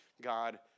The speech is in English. God